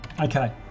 Okay